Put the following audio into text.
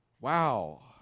Wow